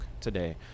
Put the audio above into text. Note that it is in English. today